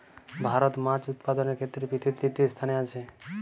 ভারত মাছ উৎপাদনের ক্ষেত্রে পৃথিবীতে তৃতীয় স্থানে আছে